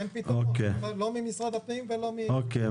כי אין פתרון, לא ממשרד הפנים ולא- -- אוקיי.